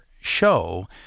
show